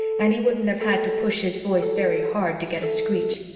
and he wouldn't have had to push his voice very hard to get a screech.